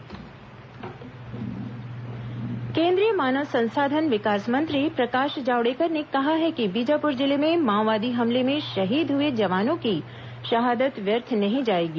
जावड़ेकर शेरगिल प्रेसवार्ता केंद्रीय मानव संसाधन विकास मंत्री प्रकाश जावडेकर ने कहा है कि बीजाप्र जिले में माओवादी हमले में शहीद हुए जवानों की शहादत व्यर्थ नहीं जाएगी